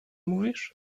mówisz